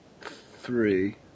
three